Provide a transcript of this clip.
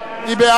מי בעד?